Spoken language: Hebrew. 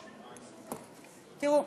תראו,